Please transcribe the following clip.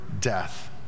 death